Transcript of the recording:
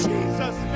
Jesus